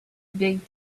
big